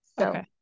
Okay